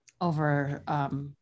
over